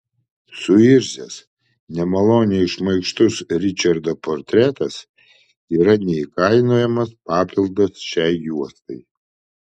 suirzęs nemaloniai šmaikštus ričardo portretas yra neįkainojamas papildas šiai juostai